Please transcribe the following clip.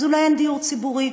אז אולי אין דיור ציבורי,